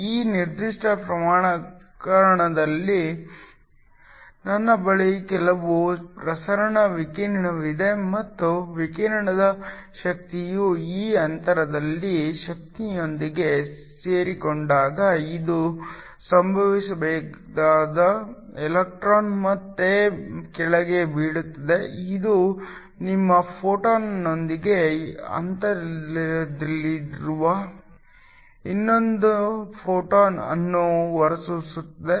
ಈ ನಿರ್ದಿಷ್ಟ ಪ್ರಕರಣದಲ್ಲಿ ನನ್ನ ಬಳಿ ಕೆಲವು ಪ್ರಸರಣ ವಿಕಿರಣವಿದೆ ಮತ್ತು ವಿಕಿರಣದ ಶಕ್ತಿಯು ಈ ಅಂತರದ ಶಕ್ತಿಯೊಂದಿಗೆ ಸೇರಿಕೊಂಡಾಗ ಇದು ಸಂಭವಿಸಿದಾಗ ಎಲೆಕ್ಟ್ರಾನ್ ಮತ್ತೆ ಕೆಳಗೆ ಬೀಳುತ್ತದೆ ಇದು ನಿಮ್ಮ ಫೋಟೊನ್ನೊಂದಿಗೆ ಹಂತದಲ್ಲಿರುವ ಇನ್ನೊಂದು ಫೋಟಾನ್ ಅನ್ನು ಹೊರಸೂಸುತ್ತದೆ